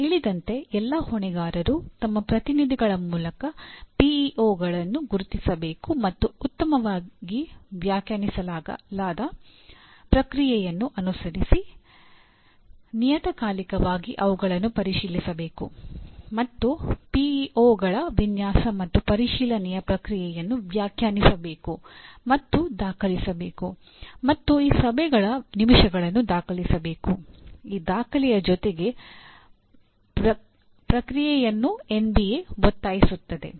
ನಾವು ಹೇಳಿದಂತೆ ಎಲ್ಲಾ ಹೊಣೆಗಾರರು ತಮ್ಮ ಪ್ರತಿನಿಧಿಗಳ ಮೂಲಕ ಪಿಇಒಗಳನ್ನು ಒತ್ತಾಯಿಸುತ್ತದೆ